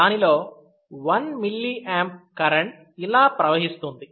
దానిలో 1 mA current ఇలా ప్రవహిస్తుంది